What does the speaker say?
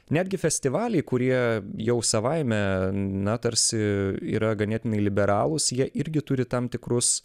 netgi festivaliai kurie jau savaime na tarsi yra ganėtinai liberalūs jie irgi turi tam tikrus